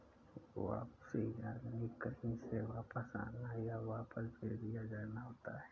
वापसी यानि कहीं से वापस आना, या वापस भेज दिया जाना होता है